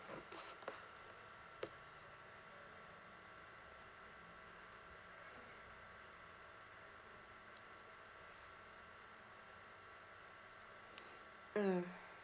mm